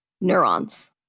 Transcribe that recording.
neurons